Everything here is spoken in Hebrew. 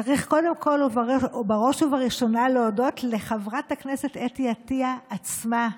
צריך לברך בראש ובראשונה ולהודות לחברת הכנסת אתי עטייה עצמה,